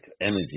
energy